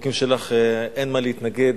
לחוקים שלך אין מה להתנגד,